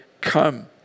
come